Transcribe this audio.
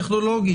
להערכתכם,